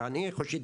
ואני חושב,